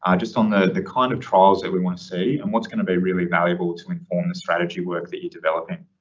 just on the the kind of trials that we want to see and what's going to be really valuable to inform the strategy work that you're developing.